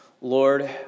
Lord